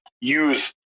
use